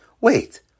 Wait